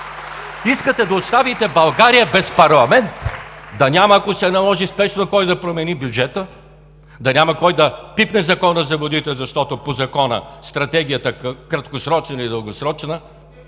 искате да оставите България без парламент, да няма, ако се наложи спешно, кой да промени бюджета, да няма кой да пипне Закона за водите, защото по Закона стратегията – краткосрочна или дългосрочна,